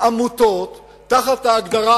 היתה מלחמה והעולם היהודי נחלץ לגייס תרומות לצפון,